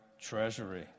treasury